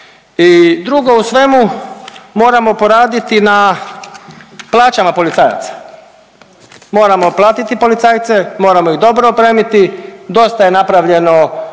drugo, u svemu moramo poraditi na plaćama policajaca, moramo platiti policajce, moramo ih dobro opremiti, dosta je napravljeno u zaštićenje